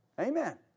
Amen